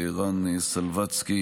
רן סלבצקי